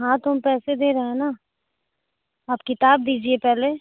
हाँ तो हम पैसे दे रहे हैं ना आप किताब दीजिए पहले